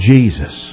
Jesus